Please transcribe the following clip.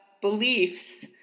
beliefs